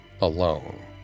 alone